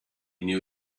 knew